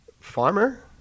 Farmer